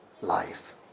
life